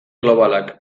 globalak